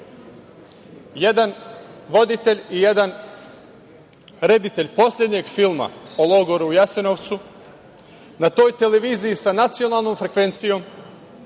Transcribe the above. jedan voditelj i jedan reditelj poslednjeg filma o logoru u Jasenovcu na toj televiziji sa nacionalnom frekvencijom